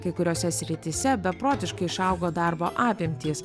kai kuriose srityse beprotiškai išaugo darbo apimtys